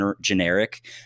generic